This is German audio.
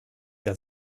der